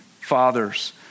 fathers